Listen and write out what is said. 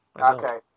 Okay